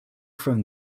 from